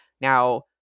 now